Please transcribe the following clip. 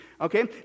Okay